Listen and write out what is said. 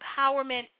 Empowerment